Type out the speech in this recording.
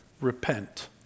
Repent